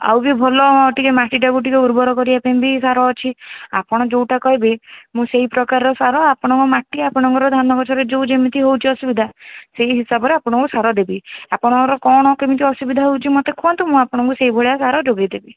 ଆଉ ବି ଭଲ ଟିକେ ମାଟିଟାକୁ ଟିକେ ଉର୍ବର କରିବା ପାଇଁ ବି ସାର ଅଛି ଆପଣ ଯେଉଁଟା କହିବେ ମୁଁ ସେଇପ୍ରକାରର ସାର ଆପଣଙ୍କ ମାଟି ଆପଣଙ୍କର ଧାନ ଗଛରେ ଯେଉଁ ଯେମିତି ହେଉଛି ଅସୁବିଧା ସେହି ହିସାବରେ ଆପଣଙ୍କୁ ସାର ଦେବି ଆପଣଙ୍କର କଣ କେମିତି ଅସୁବିଧା ହେଉଛି ମତେ କୁହନ୍ତୁ ମୁଁ ଆପଣଙ୍କୁ ସେଇଭଳିଆ ସାର ଯୋଗେଇ ଦେବି